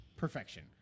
perfection